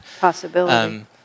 possibility